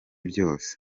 byose